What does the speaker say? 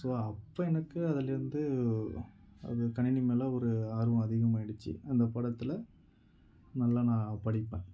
so அப்போ எனக்கு அதுலேருந்து அது கணினி மேல் ஒரு ஆர்வம் அதிகமாயிடுச்சு அந்த பாடத்தில் நல்லா நான் படிப்பேன்